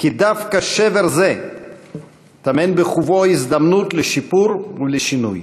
כי דווקא השבר הזה טומן בחובו הזדמנות לשיפור ולשינוי.